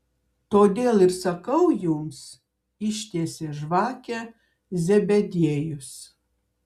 todėl ir sakau jums ištiesė žvakę zebediejus